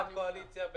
בעד, קואליציה.